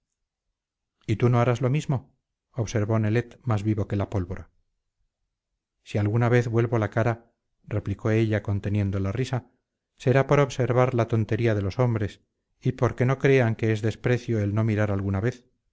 y tú no harás lo mismo observó nelet más vivo que la pólvora si alguna vez vuelvo la cara replicó ella conteniendo la risa será por observar la tontería de los hombres y porque no crean que es desprecio el no mirar alguna vez